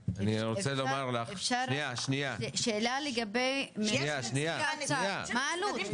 אפשר שאלה לגבי נציגי האוצר, מה העלות.